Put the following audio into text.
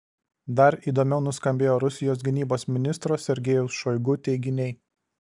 dar įdomiau nuskambėjo rusijos gynybos ministro sergejaus šoigu teiginiai